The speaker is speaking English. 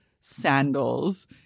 sandals